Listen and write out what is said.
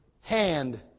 hand